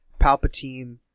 Palpatine